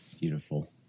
Beautiful